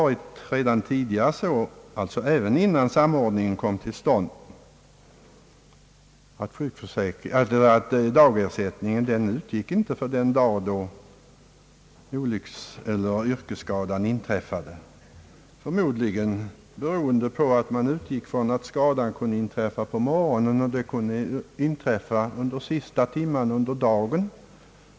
Redan innan samordningen kom till stånd utgick inte dagersättning från och med den dag då yrkesskadan inträffade, förmodligen beroende på att skadan ju lika gärna kunde inträffa under morgonen som under sista timmen av arbetsdagen.